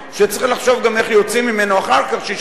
שצריך לחשוב גם איך יוצאים ממנו אחר כך כשישאלו